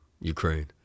Ukraine